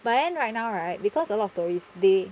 but then right now right because a lot of tourist they